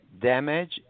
damage